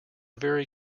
very